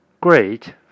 great